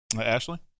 Ashley